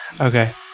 Okay